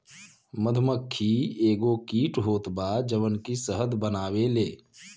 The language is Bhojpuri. मधुमक्खी एगो कीट होत बा जवन की शहद बनावेले